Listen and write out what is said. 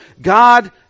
God